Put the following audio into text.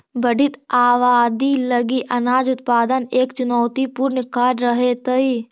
बढ़ित आबादी लगी अनाज उत्पादन एक चुनौतीपूर्ण कार्य रहेतइ